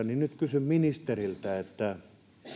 niin nyt kysyn ministeriltä että